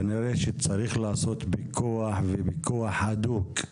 כנראה שצריך לעשות פיקוח ופיקוח הדוק,